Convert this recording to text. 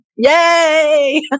Yay